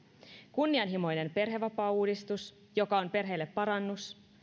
kunnianhimoinen perhevapaauudistus joka on perheille parannus